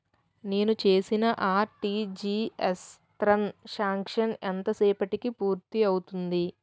నేను చేసిన RTGS transaction ఎంత సేపటికి పూర్తి అవుతుంది?